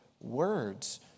words